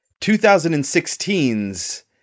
2016's